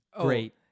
Great